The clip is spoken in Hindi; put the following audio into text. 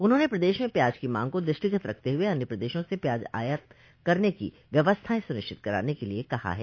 उन्होंने प्रदेश में प्याज की मांग को दृष्टिगत रखते हुए अन्य प्रदेशों स प्याज आयात करने की व्यवस्थायें सुनिश्चित कराने के लिये कहा है